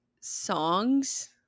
songs